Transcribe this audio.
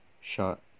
shot